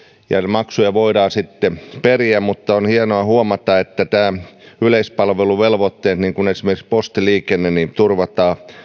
maksuja voidaan siten periä mutta on hienoa huomata että nämä yleispalveluvelvoitteet niin kuin esimerkiksi postiliikenne turvataan